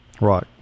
Right